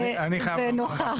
התשפ"ב-2021,